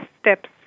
steps